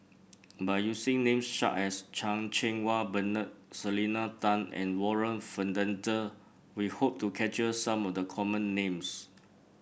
by using names such as Chan Cheng Wah Bernard Selena Tan and Warren Fernandez we hope to capture some of the common names